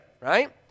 right